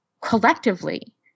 collectively